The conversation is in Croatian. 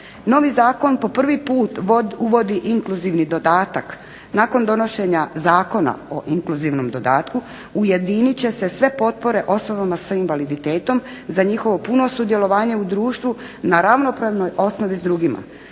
Novi zakon po prvi put uvodi inkluzivni dodatak. Nakon donošenja Zakona o inkluzivnom dodatku ujedinit će se sve potpore osobama sa invaliditetom za njihovo puno sudjelovanje u društvu na ravnopravnoj osnovi s drugima.